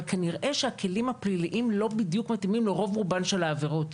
אבל כנראה שהכלים הפליליים לא בדיוק מתאימים לרוב רובן של העבירות.